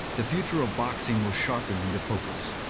the future of boxing will sharpen into focus